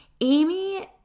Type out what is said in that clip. Amy